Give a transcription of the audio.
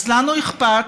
אז לנו אכפת.